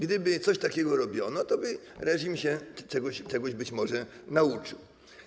Gdyby coś takiego robiono, toby reżim się czegoś być może nauczył.